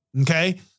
Okay